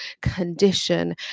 condition